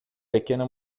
pequena